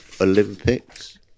Olympics